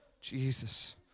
Jesus